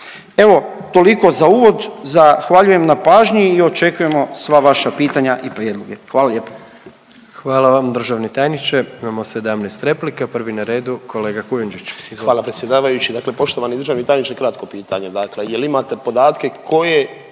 Evo toliko za uvod, zahvaljujem na pažnji i očekujemo sva vaša pitanja i prijedloge. Hvala lijepo. **Jandroković, Gordan (HDZ)** Hvala vam državni tajniče. Imamo 17 replika, prvi na redu kolega Kujundžić, izvolite. **Kujundžić, Ante (MOST)** Hvala predsjedavajući. Dakle, poštovani državni tajniče kratko pitanje, dakle jel imate podatke koje